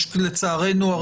לצערנו,